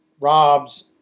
robs